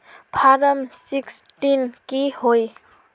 Form sixteen की होय?